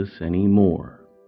anymore